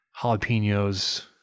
jalapenos